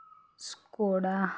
Skoda